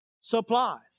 supplies